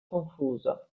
confuso